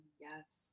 Yes